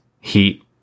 heat